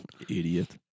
Idiot